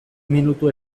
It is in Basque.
minutu